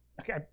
Okay